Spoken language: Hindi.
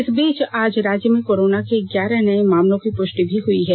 इस बीच आज राज्य में कोरोना के ग्यारह नये मामलों की पुष्टि भी हुई है